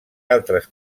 altres